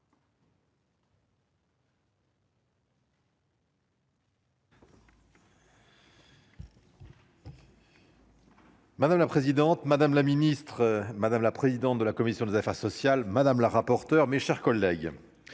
Madame la présidente, madame la ministre, madame la présidente de la commission des affaires sociales, madame la rapporteure, mes chers collègues,